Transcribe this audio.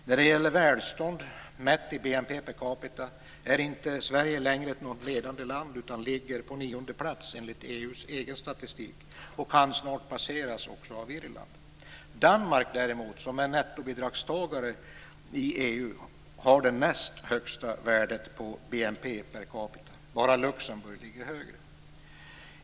När det gäller välstånd mätt i BNP per capita är inte Sverige längre något ledande land utan ligger på nionde plats enligt EU:s egen statistik och kan snart passeras också av Irland. Danmark däremot, som är en nettobidragstagare i EU, har det näst högsta värdet på BNP per capita. Bara Luxemburg ligger högre.